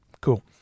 cool